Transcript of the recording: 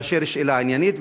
מאשר שאלה עניינית,